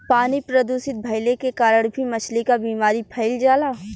पानी प्रदूषित भइले के कारण भी मछली क बीमारी फइल जाला